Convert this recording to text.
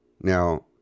Now